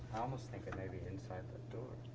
almost thinking maybe inside the door.